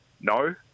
No